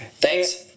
Thanks